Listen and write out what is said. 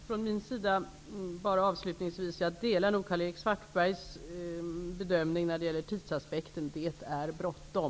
Fru talman! Jag delar Karl-Erik Svartbergs bedömning när det gäller tidsaspekten. Det är bråttom.